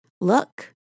look